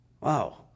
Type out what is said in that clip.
Wow